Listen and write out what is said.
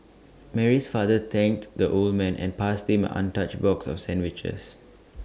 Mary's father thanked the old man and passed him an untouched box of sandwiches